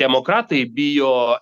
demokratai bijo